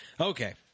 Okay